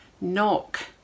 knock